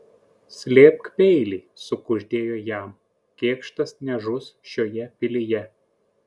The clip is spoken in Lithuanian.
slėpk peilį sukuždėjo jam kėkštas nežus šioje pilyje